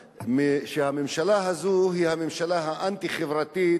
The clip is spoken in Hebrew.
שהממשלה הזאת היא הממשלה האנטי-חברתית